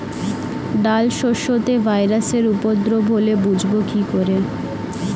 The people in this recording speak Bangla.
ডাল শস্যতে ভাইরাসের উপদ্রব হলে বুঝবো কি করে?